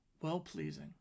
well-pleasing